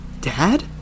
Dad